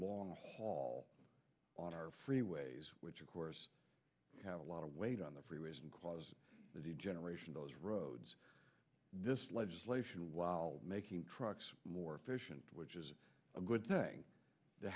long haul on our freeways which of course have a lot of weight on the freeways and cause the degeneration those roads this legislation while making trucks more efficient which is a good thing that